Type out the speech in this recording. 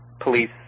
police